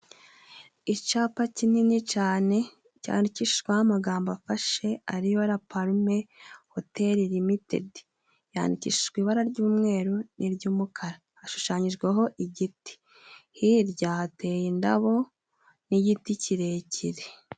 Icapa kinini cane cyandikishijweho amagambo afashe ariyo " la Palme Hoteli Limitedi", yandikishijwe ibara ry'umweru n'iry'umukara, hashushanyijweho igiti, hirya hateye indabo n'igiti kirekire.